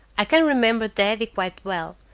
i can remember daddy quite well.